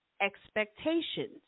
expectations